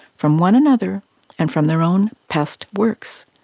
from one another and from their own past works.